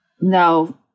no